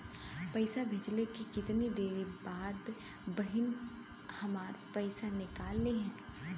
पैसा भेजले के कितना देरी के बाद बहिन हमार पैसा निकाल लिहे?